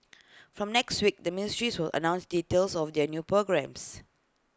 from next week the ministries will announce details of their new programmes